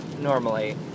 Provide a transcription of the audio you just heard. normally